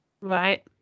Right